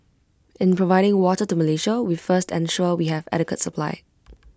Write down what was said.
in providing water to Malaysia we first ensure we have adequate supply